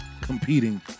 competing